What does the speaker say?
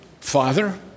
father